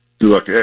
Look